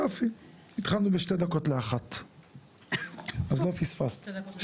התחלתי ב13:58, אז לא פספסת.